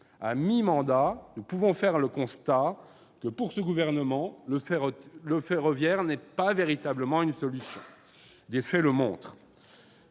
À mi-mandat, nous pouvons dresser un constat : pour ce gouvernement, le ferroviaire n'est pas véritablement une solution. Des faits le montrent.